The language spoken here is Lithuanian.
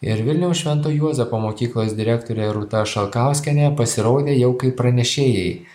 ir vilniaus švento juozapo mokyklos direktorė rūta šalkauskienė pasirodė jau kaip pranešėjai